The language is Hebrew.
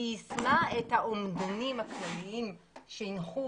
היא יישמה את האומדנים הכלליים שהנחו